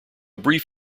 brief